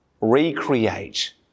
recreate